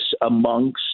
amongst